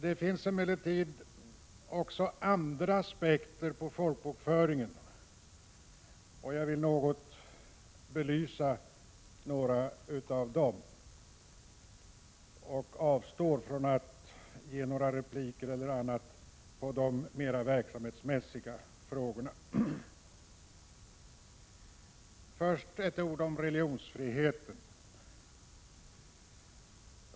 Det finns emellertid också andra aspekter på folkbokföringen. Jag vill belysa några av dessa aspekter och avstår från att ge några repliker på de mera verksamhetsmässiga frågorna. Först ett ord om religionsfriheten.